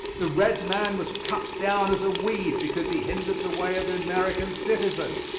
the red man was cut down as a weed because he hindered the way of the american citizen.